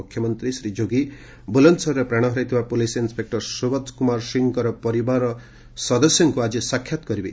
ମୁଖ୍ୟମନ୍ତ୍ରୀ ଶ୍ରୀ ଯୋଗୀ ବୁଲନ୍ଦ୍ସରରେ ପ୍ରାଣ ହରାଇଥିବା ପୁଲିସ୍ ଇନ୍ସେକ୍ଟର ସୁବୋଧ କୁମାର ସିଂହଙ୍କର ପରିବାର ସଦସ୍ୟଙ୍କୁ ଆଜି ସାକ୍ଷାତ୍ କରିବେ